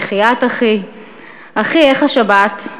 בחייאת, אחי, אחי, איך השבת?